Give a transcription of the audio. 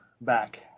back